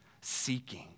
Seeking